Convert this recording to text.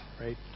right